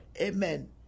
Amen